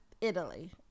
Italy